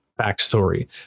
backstory